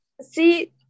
See